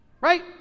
Right